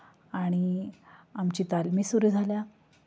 आणि आमची तालमी सुरू झाल्या